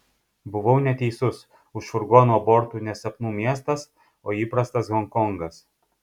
buvau neteisus už furgono bortų ne sapnų miestas o įprastas honkongas